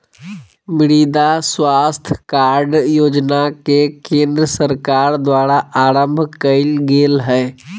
मृदा स्वास्थ कार्ड योजना के केंद्र सरकार द्वारा आरंभ कइल गेल हइ